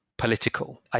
political